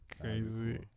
Crazy